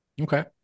Okay